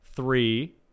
Three